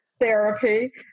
Therapy